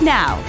now